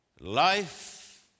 life